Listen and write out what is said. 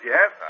Yes